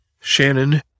Shannon